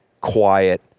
quiet